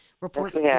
Reports